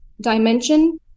dimension